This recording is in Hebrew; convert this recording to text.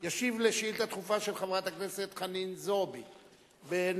ישיב על שאילתא דחופה של חברת הכנסת חנין זועבי בנושא: